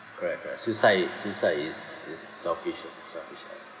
correct correct suicide suicide is is selfish ah selfish act